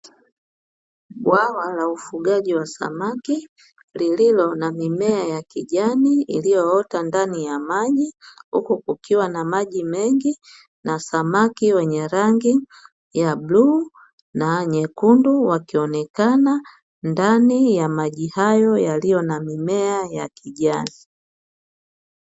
Bwawa la ufugaji wa samaki lililo na mimea ya kijani iliyoota ndani ya maji, huku kukiwa na maji mengi na samaki wenye rangi ya bluu na nyekundu wakionekana ndani ya maji hayo yaliyo na mimea ya kijani.